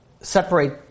Separate